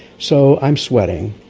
so i'm sweating.